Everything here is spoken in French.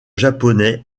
japonais